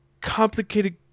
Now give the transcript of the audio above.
complicated